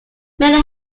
many